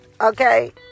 Okay